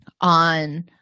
on